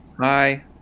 Hi